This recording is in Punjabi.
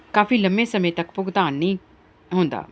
ਕਾਫੀ ਲੰਬੇ ਸਮੇਂ ਤੱਕ ਭੁਗਤਾਨ ਨਹੀਂ ਆਉਂਦਾ